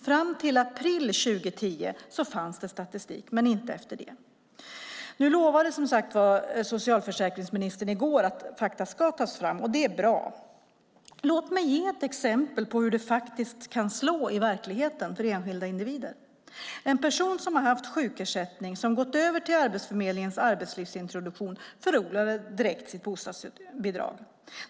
Fram till april 2010 fanns det statistik men inte efter det. Nu lovade som sagt socialförsäkringsministern i går att fakta ska tas fram, och det är bra. Låt mig ge ett exempel på hur det kan slå i verkligheten för enskilda individer. En person som har haft sjukersättning och som gått över till Arbetsförmedlingens arbetslivsintroduktion förlorar direkt sitt bostadsbidrag.